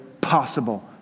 possible